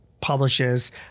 publishes